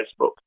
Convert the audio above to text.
Facebook